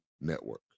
Network